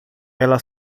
ela